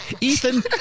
Ethan